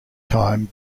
time